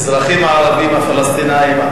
האזרחים הערבים הפלסטינים,